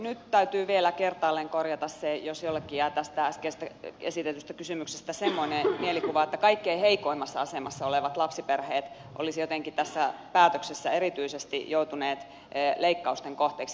nyt täytyy vielä kertaalleen korjata se jos jollekin jää tästä esitetystä kysymyksestä semmoinen mielikuva että kaikkein heikoimmassa asemassa olevat lapsiperheet olisivat jotenkin tässä päätöksessä erityisesti joutuneet leikkausten kohteeksi